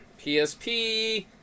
PSP